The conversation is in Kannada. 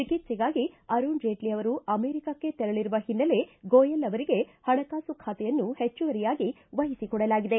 ಚಿಕ್ಸೆಗಾಗಿ ಅರುಣ್ ಜೇಟ್ಲಿ ಅವರು ಅಮೆರಿಕಾಕ್ಷೆ ತೆರಳಿರುವ ಹಿನ್ನೆಲೆ ಗೋಯಲ್ ಅವರಿಗೆ ಹಣಕಾಸು ಖಾತೆಯನ್ನು ಹೆಚ್ಚುವರಿಯಾಗಿ ವಹಿಸಿ ಕೊಡಲಾಗಿದೆ